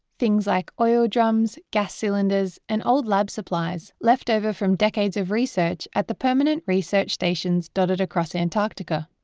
things like oil drums, gas cylinders and old lab supplies, left over from decades of research at the permanent research stations stations dotted across antarctica.